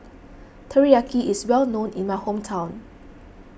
Teriyaki is well known in my hometown